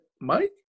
Mike